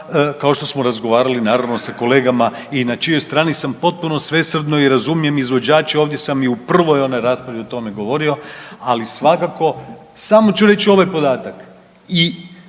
kao što smo razgovarali naravno sa kolegama i na čijoj strani sam potpuno svesrdno i razumijem izvođače, ovdje sam i u prvoj onoj raspravi o tome govorio, ali svakako samo ću reći ovaj podatak.